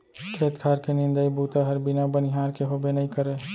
खेत खार के निंदई बूता हर बिना बनिहार के होबे नइ करय